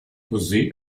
così